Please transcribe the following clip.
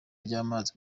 ry’amazi